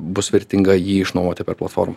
bus vertinga jį išnuomoti per platformą